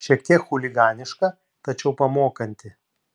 šiek tiek chuliganiška tačiau pamokanti